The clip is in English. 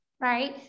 right